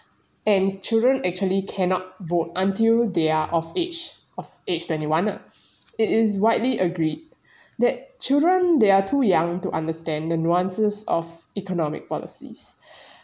and children actually cannot vote until they are of age of age twenty one ah it is widely agreed that children they are too young to understand the nuances of economic policies